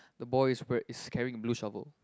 the boy is wea~ is carrying a blue shovel